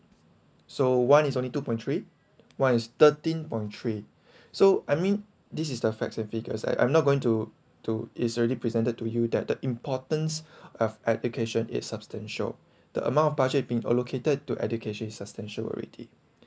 so one is only two point three one is thirteen point three so I mean this is the facts and figures I I'm not going to too is already presented to you that the importance of education it substantial the amount of budget been allocated to education is substantial already